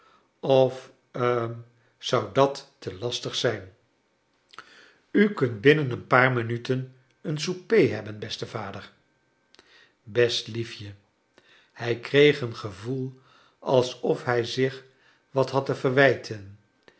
of hm zou dat te lastig zijn u zult binnen een paar minuten een souper hebben beste vader best liefje hij kreeg een gevoel alsof hij zich wat had te verwijten